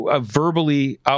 verbally